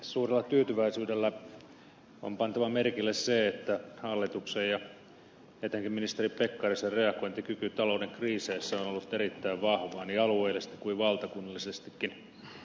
suurella tyytyväisyydellä on pantava merkille se että hallituksen ja etenkin ministeri pekkarisen reagointikyky talouden kriiseissä on ollut erittäin vahva niin alueellisesti kuin valtakunnallisestikin